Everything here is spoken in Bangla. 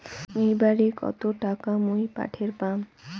একবারে কত টাকা মুই পাঠের পাম?